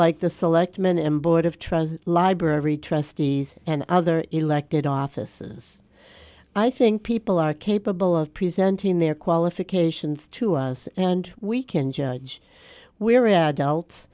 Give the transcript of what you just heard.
like the selectmen and board of trustees library trustees and other elected offices i think people are capable of presenting their qualifications to us and we can judge where